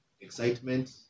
excitement